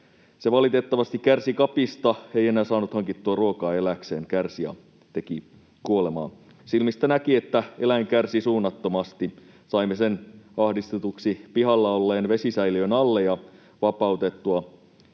Se valitettavasti kärsi kapista, ei enää saanut hankittua ruokaa elääkseen, kärsi ja teki kuolemaa. Silmistä näki, että eläin kärsi suunnattomasti. Saimme sen ahdistetuksi pihalla olleen vesisäiliön alle ja vapautettua